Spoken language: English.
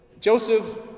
Joseph